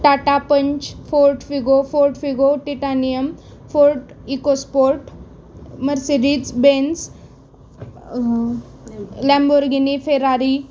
Tata Punch Ford Figo Ford Figo Titanium Ford EcoSport Mercedes Benz Lamborghini Ferrari